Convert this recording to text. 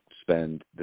spend